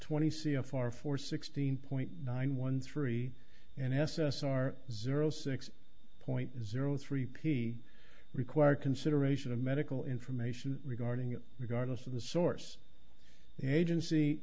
twenty c a far for sixteen point nine one three and s s r zero six point zero three p required consideration of medical information regarding regardless of the source an agency